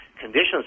conditions